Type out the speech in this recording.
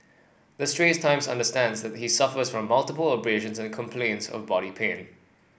the Straits Times understands that he suffers from multiple abrasions and complains of body pain